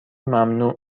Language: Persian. ممنوع